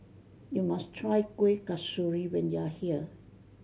you must try Kuih Kasturi when you are here